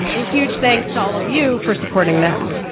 a huge thanks to all of you for supporting them.